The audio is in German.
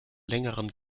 längeren